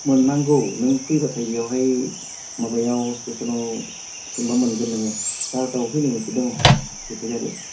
मोननांगौ नों फैब्लाथाय बेयावहाय माबायाव स्टेसनाव सोंब्ला मोनगोन नोङो बार'थायाव फैनाय मोनसे दङ बेथिं गारै